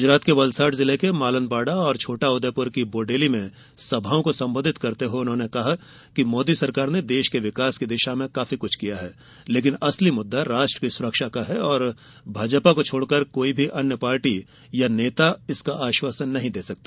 गुजरात के वलसाड जिले के मालनपाड़ा और छोटा उदयपुर के बोडेली में सभाओं को संबोधित करते हुए उन्होंने कहा कि मोदी सरकार ने देश के विकास की दिशा में काफी कुछ किया है लेकिन असली मुद्दा राष्ट्र की सुरक्षा का है और भाजपा को छोड़कर अन्य कोई पार्टी या नेता इसका आश्वाासन नहीं दे सकता